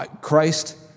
Christ